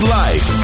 life